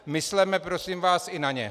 Mysleme, prosím vás, i na ně!